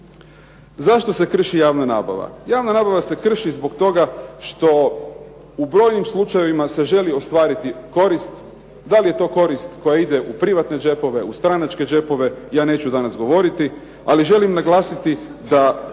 Zašto se krši javna nabava? Javna nabava se krši zbog toga što u brojnim slučajevima se želi ostvariti korist, da li je to korist koja ide u privatne džepove, u stranačke džepove ja neću danas govoriti ali želim naglasiti da